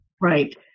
right